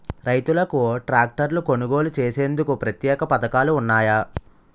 రైతులకు ట్రాక్టర్లు కొనుగోలు చేసేందుకు ప్రత్యేక పథకాలు ఉన్నాయా?